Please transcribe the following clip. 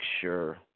sure